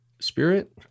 spirit